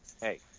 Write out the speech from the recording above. hey